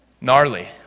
gnarly